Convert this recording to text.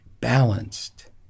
balanced